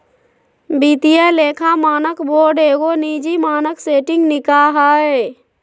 वित्तीय लेखा मानक बोर्ड एगो निजी मानक सेटिंग निकाय हइ